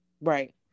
Right